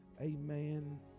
amen